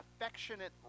affectionate